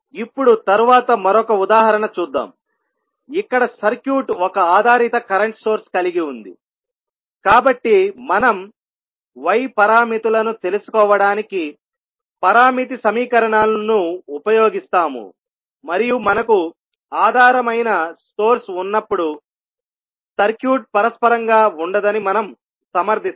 ఇప్పుడు తరువాత మరొక ఉదాహరణ చూద్దాంఇక్కడ సర్క్యూట్ ఒక ఆధారిత కరెంట్ సోర్స్ కలిగి ఉంది కాబట్టి మనం y పారామితులను తెలుసుకోవడానికి పారామితి సమీకరణాలను ఉపయోగిస్తాము మరియు మనకు ఆధారమైన సోర్స్ ఉన్నప్పుడు సర్క్యూట్ పరస్పరం గా ఉండదని మనం సమర్థిస్తాము